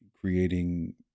creating